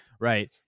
Right